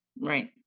Right